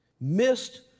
missed